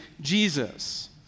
Jesus